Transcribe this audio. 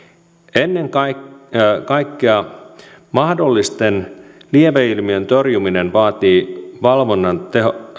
ennen kaikkea kaikkea mahdollisten lieveilmiöiden torjuminen vaatii valvonnan